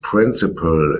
principal